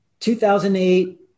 2008